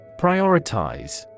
Prioritize